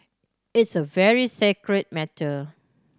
it's a very sacred matter